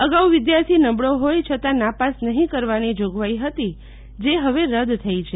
અગાઉ વિદ્યાર્થી નબળો હોય છતાં નાપાસ નહીં કરવાની જોગવાઈ હતી જે હવે રદ થઈ છે